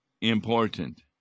important